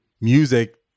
music